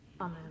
Amen